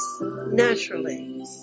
naturally